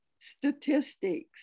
statistics